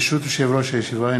ברשות יושב-ראש הישיבה,